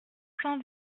cent